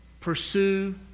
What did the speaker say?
pursue